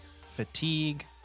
fatigue